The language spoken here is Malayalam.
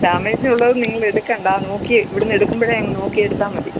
ഡാമേജ് ഉള്ളത് നിങ്ങൾ എടുക്കണ്ട നോക്കി ഇവിടുന്ന് എടുക്കുമ്പോഴേ അങ്ങ് നോക്കി എടുത്താൽ മതി